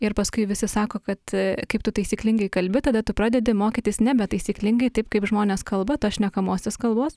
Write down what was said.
ir paskui visi sako kad kaip tu taisyklingai kalbi tada tu pradedi mokytis nebe taisyklingai taip kaip žmonės kalba tos šnekamosios kalbos